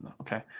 Okay